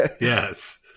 Yes